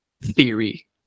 theory